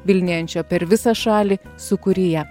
vilnijančio per visą šalį sūkuryje